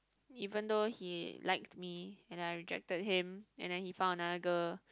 even though he liked me and I rejected him and then he found another girl